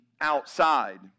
outside